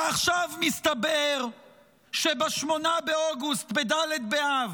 עכשיו מסתבר שב-8 באוגוסט, ד' באב,